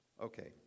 Okay